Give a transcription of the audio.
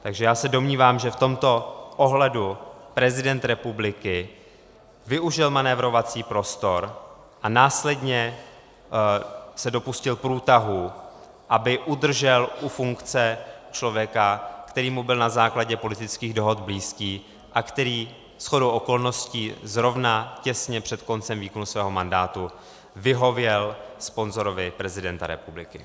Takže já se domnívám, že v tomto ohledu prezident republiky využil manévrovací prostor a následně se dopustil průtahu, aby udržel u funkce člověka, který mu byl na základě politických dohod blízký a který shodou okolností zrovna těsně před koncem výkonu svého mandátu vyhověl sponzorovi prezidenta republiky.